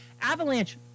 avalanche